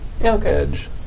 edge